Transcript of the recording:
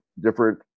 different